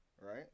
Right